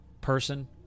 person